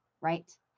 right